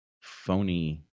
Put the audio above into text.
phony